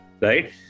Right